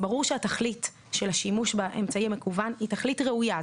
ברור שהתכלית של השימוש באמצעי המקוון היא תכלית ראויה.